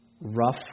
rough